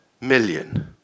million